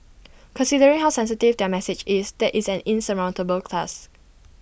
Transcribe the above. considering how sensitive their message is that is an insurmountable class